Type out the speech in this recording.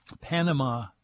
Panama